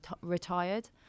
retired